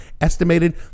estimated